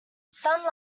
some